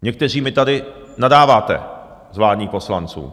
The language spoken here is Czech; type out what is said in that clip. Někteří mi tady nadáváte z vládních poslanců.